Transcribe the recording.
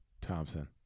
Thompson